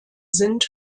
sind